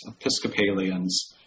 Episcopalians